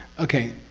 okay.